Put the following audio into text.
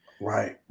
Right